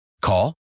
Call